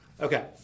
Okay